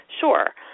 Sure